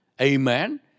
Amen